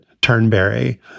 Turnberry